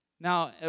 Now